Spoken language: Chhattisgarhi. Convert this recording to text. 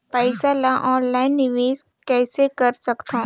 पईसा ल ऑनलाइन निवेश कइसे कर सकथव?